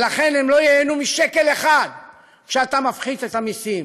ולכן הם לא ייהנו משקל אחד כשאתה מפחית את המסים.